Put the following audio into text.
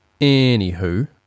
Anywho